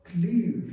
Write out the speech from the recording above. clear